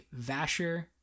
Vasher